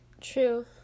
True